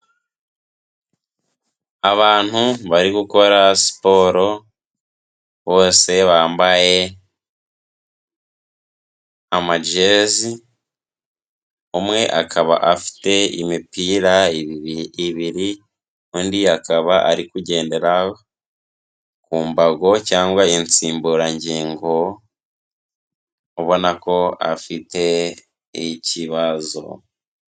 Abantu bari gukora siporo bose bambaye amajezi, umwe akaba afite imipira ibiri undi akaba ari kugendera ku mbago cyangwa insimburangingo, ubona ko afite ikibazo.